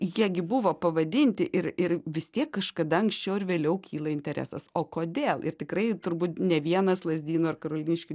jie gi buvo pavadinti ir ir vis tiek kažkada anksčiau ar vėliau kyla interesas o kodėl ir tikrai turbūt ne vienas lazdynų ar karoliniškių